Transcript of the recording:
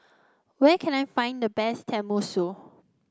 where can I find the best Tenmusu